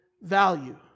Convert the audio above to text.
value